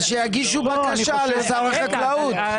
אז שיגישו בקשה לשר החקלאות.